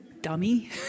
dummy